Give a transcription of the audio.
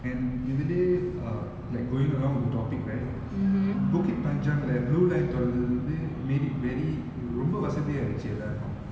and இதுலே:ithule uh like going around with the topic right bukit panjang lah blue line தொறந்தது வந்து:thoranthathu vanthu made it very ரொம்ப வசதியாயிடிச்சு எல்லாருக்கும்:romba vasathiyaayidichu ellaarukum